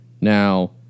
Now